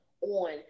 on